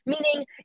Meaning